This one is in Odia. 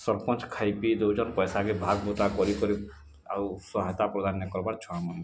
ସରପଞ୍ଚ ଖାଇ ପି ଦଉଛନ୍ ପଇସାକେ ଭାଗବୁଟା କରିକରି ଆଉ ସହାୟତା ପ୍ରଦାନ ନାଇଁ କରବାର୍ ଛୁଆମାନଙ୍କୁ